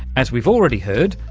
as we've already heard,